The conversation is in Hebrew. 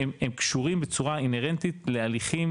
שהם קשורים בצורה אינהרנטית להליכים